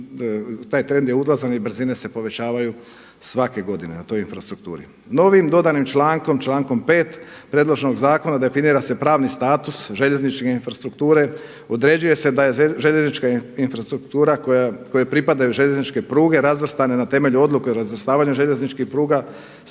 taj trend je uzlazan i brzine se povećavaju svake godine na toj infrastrukturi. Novim dodanim člankom, člankom 5. predloženog zakona definira se pravni status željezničke infrastrukture, određuje se da je željeznička infrastruktura kojoj pripadaju željezničke pruge razvrstane na temelju odluke o razvrstavanju željezničkih pruga, s